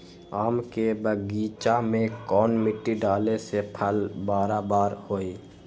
आम के बगीचा में कौन मिट्टी डाले से फल बारा बारा होई?